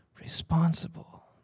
Responsible